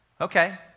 Okay